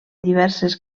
diverses